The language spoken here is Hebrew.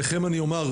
אליכם אני אומר,